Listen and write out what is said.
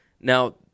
Now